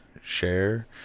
share